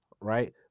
right